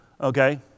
okay